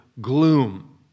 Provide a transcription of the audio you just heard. gloom